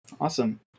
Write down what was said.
Awesome